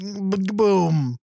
Boom